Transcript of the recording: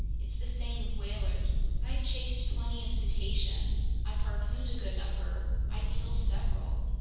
it's the same with whalers. i've chased plenty of cetaceans, i've harpooned a good number, i've killed several.